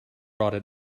brought